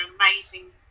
amazing